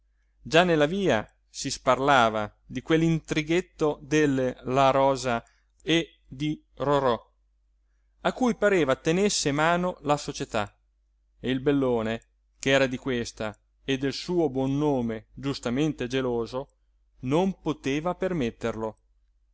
già nella via si sparlava di quell'intrighetto del la rosa e di rorò a cui pareva tenesse mano la società e il bellone ch'era di questa e del suo buon nome giustamente geloso non poteva permetterlo